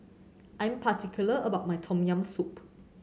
I'm particular about my Tom Yam Soup